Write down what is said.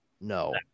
No